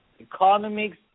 economics